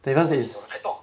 they cause is